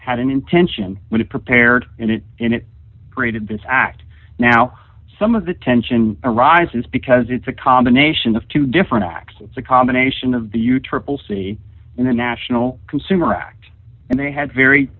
had an intention when it prepared and it and it created this act now some of the tension arises because it's a combination of two different acts it's a combination of the utricle sea and the national consumer act and they had very